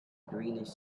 greenish